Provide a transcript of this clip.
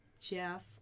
Jeff